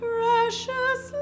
Precious